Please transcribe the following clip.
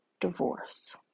divorce